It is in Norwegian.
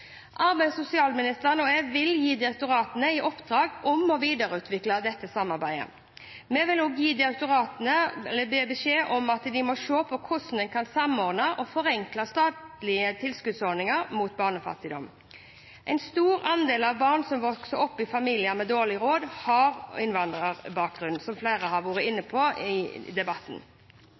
Arbeids- og sosialministeren og jeg vil gi direktoratene i oppdrag å videreutvikle dette samarbeidet. Vi vil også gi direktoratene beskjed om å se på hvordan en kan samordne og forenkle statlige tilskuddsordninger mot barnefattigdom. En stor andel av barn som vokser opp i familier med dårlig råd, har innvandrerbakgrunn, som flere har vært inne på i debatten.